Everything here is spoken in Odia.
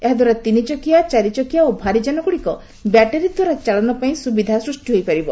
ଏହାଦ୍ୱାରା ତିନିଚକିଆ ଚାରିଚକିଆ ଓ ଭାରିଯାନଗୁଡ଼ିକ ବ୍ୟାଟେରୀଦ୍ୱାରା ଚାଳନ ପାଇଁ ସୁବିଧା ସୃଷ୍ଟି ହୋଇପାରିବ